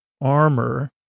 armor